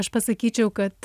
aš pasakyčiau kad